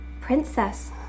Princess